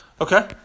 Okay